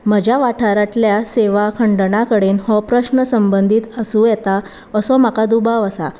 म्हज्या वाठारांतल्या सेवा खंडण कडेन हो प्रश्न संबंदीत आसूं येता असो म्हाका दुबाव आसा